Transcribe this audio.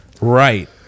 Right